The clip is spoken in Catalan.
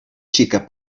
xica